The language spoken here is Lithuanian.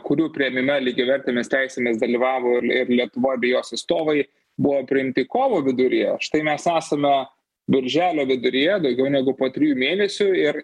kurių priėmime lygiavertėmis teisėmis dalyvavo ir lietuva abi jos atstovai buvo priimti kovo viduryje štai mes esame birželio viduryje daugiau negu po trijų mėnesių ir